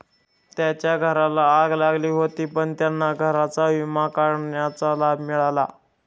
त्यांच्या घराला आग लागली होती पण त्यांना घराचा विमा काढण्याचा लाभ मिळाला